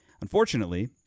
Unfortunately